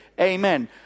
Amen